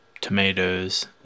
tomatoes